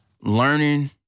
learning